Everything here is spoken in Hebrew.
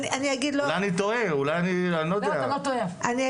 אולי אני טועה אני לא יודע.